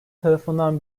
tarafından